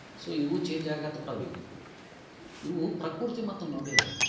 so ಇವು change ಆಗಕ್ಕ ಹತ್ಬಿಟ್ಟಾವೆ ಈಗ ಇವು ಪ್ರಕೃತಿ ಮತ್ತು ನೋಡಿದ್ರೆ